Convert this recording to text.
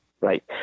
right